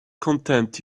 contempt